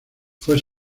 fue